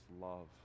love